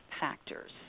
factors